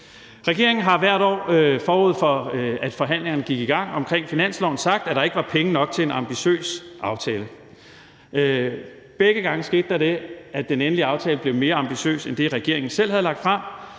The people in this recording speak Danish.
Regeringen har hvert år, forud for at forhandlingerne om finansloven gik i gang, sagt, at der ikke var penge nok til en ambitiøs aftale. Begge gange skete der det, at den endelige aftale blev mere ambitiøs end den, regeringen selv havde lagt frem,